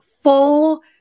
full